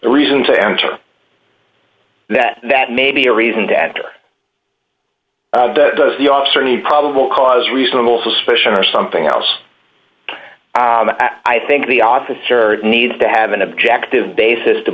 reason to enter that that may be a reason to enter does the officer need probable cause reasonable suspicion or something else i think the officer needs to have an objective basis to